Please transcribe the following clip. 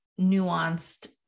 nuanced